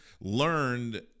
learned